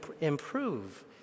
improve